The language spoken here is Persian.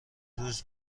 روز